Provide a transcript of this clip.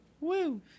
Woo